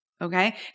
Okay